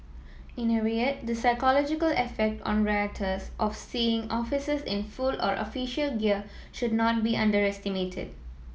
in a riot the psychological effect on rioters of seeing officers in full or official gear should not be underestimated